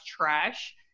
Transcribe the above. trash